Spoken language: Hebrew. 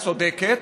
צודקת,